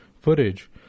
footage